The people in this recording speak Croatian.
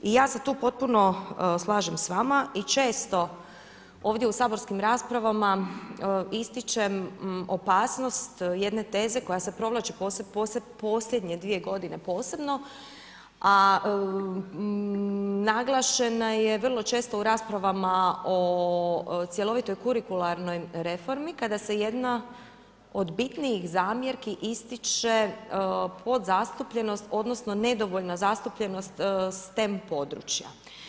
I ja se tu potpuno slažem s vama i često ovdje u saborskim raspravama ističem opasnost jedne teze koja se provlači u posljednje dvije godine posebno, a naglašena je vrlo često u raspravama o cjelovitoj kurikularnoj reformi kada se jedna od bitnijih zamjerki ističe podzastupljenost odnosno nedovoljna zastupljenost STEM područja.